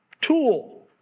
tool